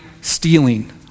stealing